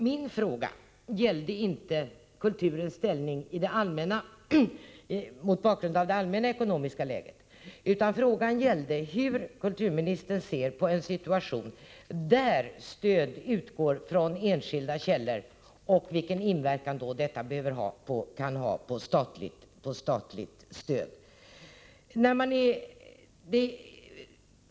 Min fråga gällde inte kulturens ställning mot bakgrund av det allmänna ekonomiska läget. Frågan gällde hur kulturministern ser på en situation där stöd utgår från enskilda källor och vilken inverkan detta kan ha på statligt stöd.